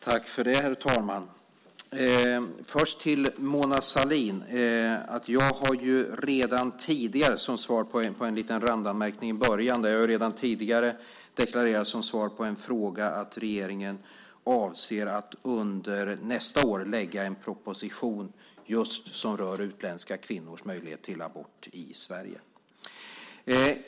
Herr talman! Till Mona Sahlin vill jag säga att jag redan tidigare som svar på en randanmärkning i början har deklarerat som svar på en fråga att regeringen avser att under nästa år lägga en proposition som rör utländska kvinnors möjlighet till abort i Sverige.